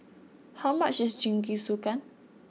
how much is Jingisukan